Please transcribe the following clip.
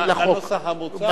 לנוסח המוצע,